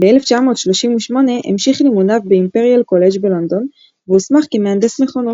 ב-1938 המשיך לימודיו באימפריאל קולג' בלונדון והוסמך כמהנדס מכונות.